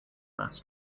mass